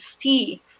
see